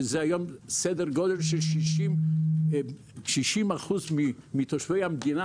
שזה היום סדר גודל של 60% מתושבי המדינה